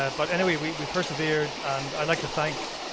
and but anyway, we persevered and i'd like to thank,